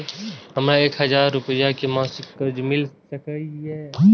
हमरा एक हजार रुपया के मासिक कर्ज मिल सकिय?